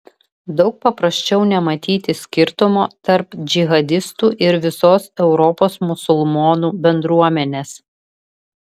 daug paprasčiau nematyti skirtumo tarp džihadistų ir visos europos musulmonų bendruomenės